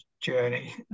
journey